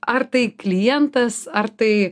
ar tai klientas ar tai